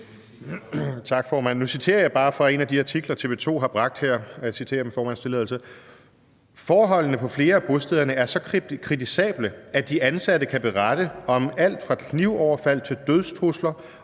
jeg citerer med formandens tilladelse: »Forholdene på flere af bostederne er så kritisable, at de ansatte kan berette om alt fra knivoverfald til dødstrusler